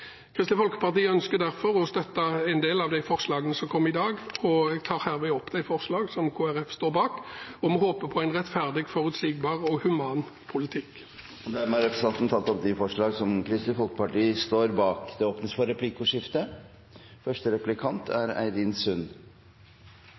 Kristelig Folkeparti ønsker derfor å støtte en del av de forslagene som kom i dag, og jeg tar herved opp de forslag som Kristelig Folkeparti er med på, og vi håper på en rettferdig, forutsigbar og human politikk. Representanten Geir Sigbjørn Toskedal har tatt opp de forslagene han refererte til. Det blir replikkordskifte. For Arbeiderpartiet har det vært viktig å få på plass innstramminger som